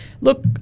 Look